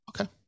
Okay